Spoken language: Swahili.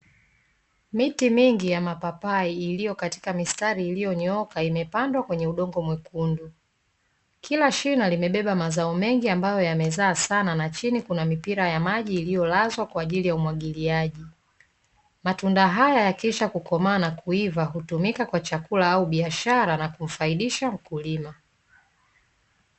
Miti mingi ya mapapai iliyo katika mistari iliyo nyooka, imepandwa kwenye udongo mwekundu. Kila shina limebeba mazao mengi ambayo yamezaa sana, na chini kuna mipira ya maji iliyolazwa kwa ajili ya umwagiliaji. Matunda haya yakisha kukomaa na kuiva hutumika kwa chakula biashara na kumfaidisha mkulima.